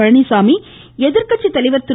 பழனிசாமி எதிர்க்கட்சி தலைவர் திரு